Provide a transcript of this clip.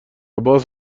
باز